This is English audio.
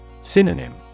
Synonym